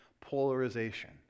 polarization